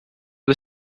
was